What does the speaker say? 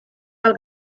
del